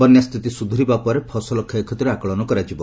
ବନ୍ୟା ସ୍ଥିତି ସୁଧୁରିବା ପରେ ଫସଲ କ୍ଷୟକ୍ଷତିର ଆକଳନ କରାଯିବ